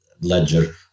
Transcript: ledger